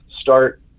start